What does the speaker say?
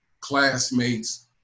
classmates